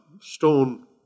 stone